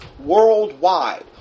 worldwide